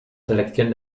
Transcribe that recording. selección